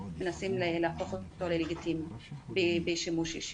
שמנסים להפוך אותם ללגיטימיים בשימוש אישי.